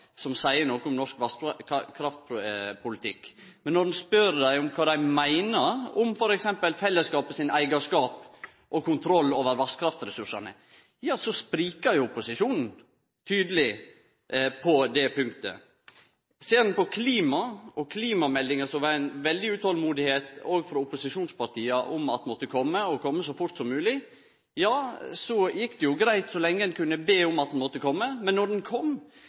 som seier noko om norsk vasskraftpolitikk. Men når ein spør dei om kva dei meiner om t.d. fellesskapet sin eigarskap og kontroll over vasskraftressursane, sprikjer opposisjonen tydeleg på det punktet. Ser ein på klima og klimameldinga, som det var eit veldig utolmod overfor opposisjonspartia om at måtte kome, og kome så fort som mogleg, ja, så gjekk det greitt så lenge ein kunne be om at ho måtte kome. Men då ho kom,